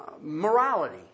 morality